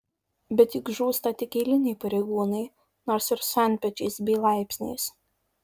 bet juk žūsta tik eiliniai pareigūnai nors ir su antpečiais bei laipsniais